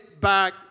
back